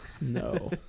No